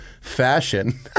Fashion